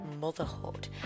Motherhood